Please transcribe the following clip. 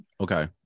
okay